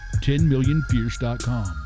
10millionfierce.com